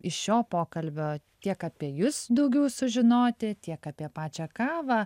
iš šio pokalbio tiek apie jus daugiau sužinoti tiek apie pačią kavą